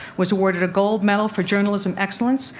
was awarded a gold medal for journalism excellence,